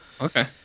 okay